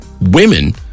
women